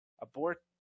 abort